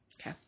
Okay